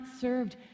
served